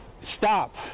stop